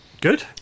Good